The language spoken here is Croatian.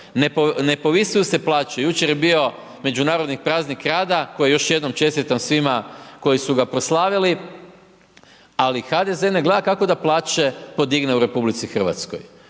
ne povisuju se plaće. Jučer je bio međunarodni praznik rada, koji još jednom čestitam svima koji su ga proslavili, ali HDZ ne gleda kako da plaće podigne u RH, zato